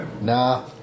Nah